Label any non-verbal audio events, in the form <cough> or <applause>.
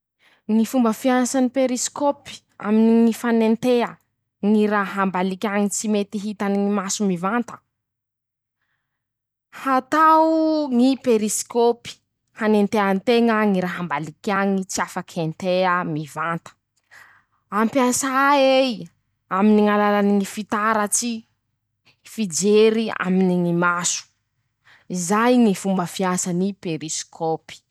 Ñy fomba fiasany ñy periscope aminy ñy fanentea ñy raha ambaliky añy tsy mety hitany ñy maso mivanta. hatao ñy periscopy: -Hanentean-teña ñy raha ambaliky añy tsy afaky entea mivanta; <shushes> ampiasà ey. aminy ñy alàlany ñy fitaratsy <shushes> fijery aminy ñy maso. izay ñy fomba fiasany ñy periscopy.